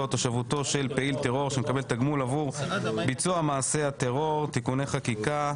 של פעיל טרור שמקבל תגמול עבור ביצוע מעשה הטרור (תיקוני חקיקה),